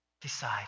decide